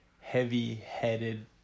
heavy-headed